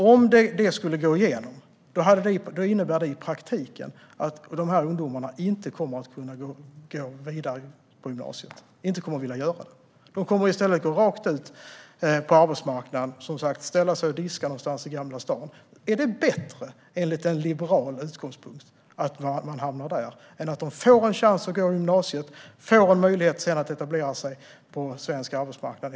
Om det skulle gå igenom innebär det i praktiken att dessa ungdomar inte kommer att vilja gå vidare på gymnasiet. De kommer i stället att gå rakt ut på arbetsmarknaden och ställa sig och diska någonstans i Gamla stan. Är det bättre, enligt en liberal utgångspunkt, att de hamnar där än att de får en chans att gå på gymnasiet och sedan får en möjlighet att etablera sig på svensk arbetsmarknad?